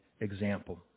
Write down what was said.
example